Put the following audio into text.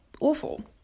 awful